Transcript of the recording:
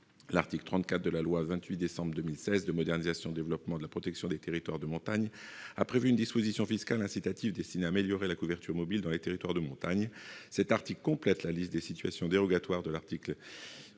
l'article 34 de la loi du 28 décembre 2016 de modernisation, de développement et de protection des territoires de montagne a prévu une disposition fiscale incitative destinée à améliorer la couverture mobile dans les territoires de montagne. Cet article complète la liste des situations dérogatoires de l'article 1519